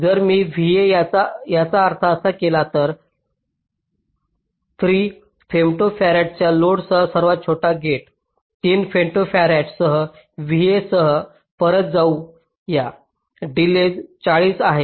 जर मी vA याचा अर्थ असा केला तर 3 फेम्टोफॅरडच्या लोडसह सर्वात छोटा गेट 3 फेम्टोफॅरड्स vA सह परत जाऊ या डिलेज 40 आहे